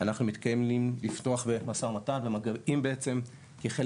אנחנו מתכוונים לפתוח במשא ומתן ובמגעים כחלק